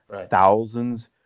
thousands